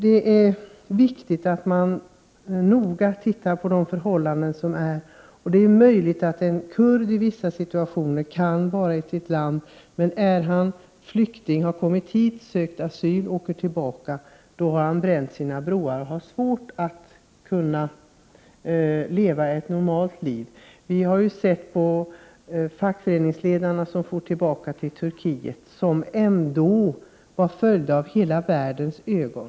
Det är viktigt att man noga tittar på de förhållanden som råder, och det är möjligt att en kurd i vissa situationer kan vara i sitt land. Men är han flykting, har kommit hit, sökt asyl och åker tillbaka, så har han rivit broarna och har svårt att leva ett normalt liv. Vi har ju sett hur det gick för fackföreningsledarna som for tillbaka till Turkiet. De följdes ändå av hela världens ögon.